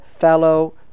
fellow